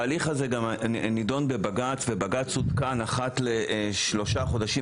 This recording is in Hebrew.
ההליך הזה גם נידון בבג"ץ ובג"ץ עודכן אחת לשלושה חודשים